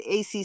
ACC